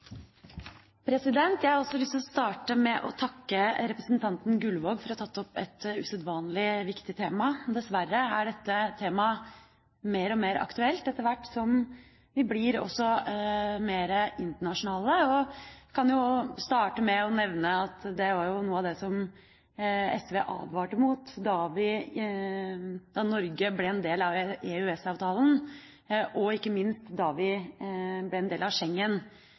allmenngjøres! Jeg har også lyst til å starte med å takke representanten Gullvåg for å ha tatt opp et usedvanlig viktig tema. Dessverre er dette temaet mer og mer aktuelt etter hvert som vi også blir mer internasjonale. Jeg kan jo starte med å nevne at det var noe av det som SV advarte mot da Norge sa ja til EØS-avtalen, og ikke minst da vi ble en del av